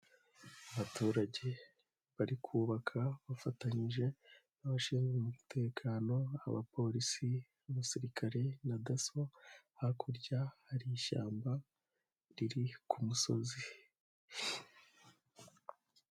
Abaturage, barikubaka bafatanyije n'abashinzwe umutekano abapolisi n'abasirikare na Dasso, hakurya hari ishyamba, riri ku musozi.